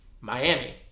Miami